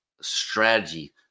strategy